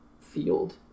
field